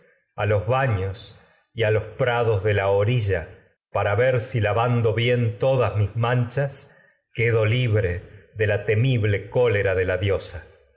a los ba a los prados de la orilla para ver si lavando bien todas mis la manchas quedo libre de la temible cólera de y diosa